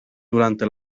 durante